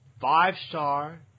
five-star